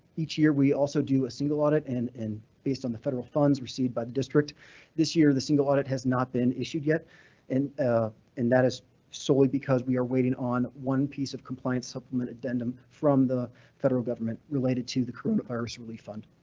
each year, we also do a single audit and an and based on the federal funds received by the district this year, the single audit has not been issued yet and ah and that is solely because we are waiting on one piece of compliance supplement addendum from the federal government related to the coronavirus relief fund.